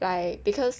like because